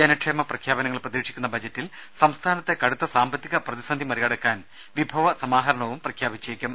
ജനക്ഷേമ പ്രഖ്യാപനങ്ങൾ പ്രതീക്ഷിക്കുന്ന ബജറ്റിൽ സംസ്ഥാനത്തെ കടുത്ത സാമ്പത്തിക പ്രതിസന്ധി മറികടക്കാൻ വിഭവ സമാഹരണവും പ്രഖ്യാപിച്ചേക്കും